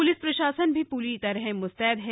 police प्रशासन भी पूरी तरह से मुस्तैद है